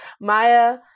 Maya